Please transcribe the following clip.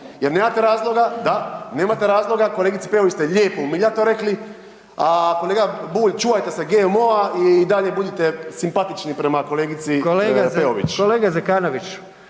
jer nemate razloga, da, nemate razloga, kolegici Peović ste lijepo umiljato rekli, a kolega Bulj, čuvajte se GMO-a i i dalje budite prema kolegici Peović. **Jandroković,